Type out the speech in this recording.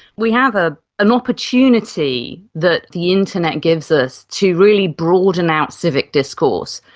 we have ah an opportunity that the internet gives us to really broaden out civic discourse,